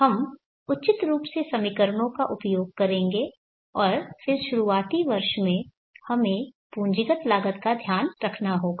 हम उचित रूप से समीकरणों का उपयोग करेंगे और फिर शुरुआती वर्ष में हमें पूंजीगत लागत का ध्यान रखना होगा